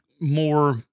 more